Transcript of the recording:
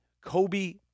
Kobe